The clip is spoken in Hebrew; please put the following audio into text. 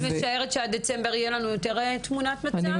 את משערת שעד דצמבר תהיה תמונת מצב מדויקת יותר?